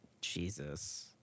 Jesus